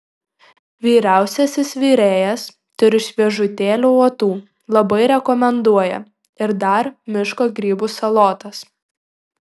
vyriausiasis virėjas turi šviežutėlių uotų labai rekomenduoja ir dar miško grybų salotas